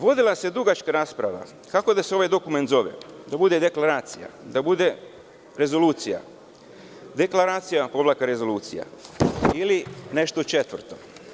Vodila se dugačka rasprava kako da se ovaj dokument zove – deklaracija, rezolucija, deklaracija-rezolucija, ili nešto četvrto.